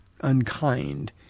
unkind